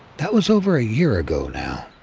that was over a year ago now.